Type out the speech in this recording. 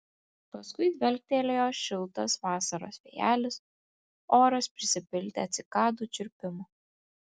paskui dvelktelėjo šiltas vasaros vėjelis oras prisipildė cikadų čirpimo